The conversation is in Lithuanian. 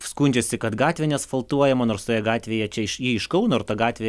skundžiasi kad gatvė neasfaltuojama nors toje gatvėje čia iš ji iš kauno ir ta gatvė